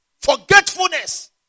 Forgetfulness